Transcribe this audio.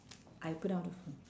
I put down the phone